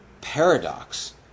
paradox